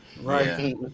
right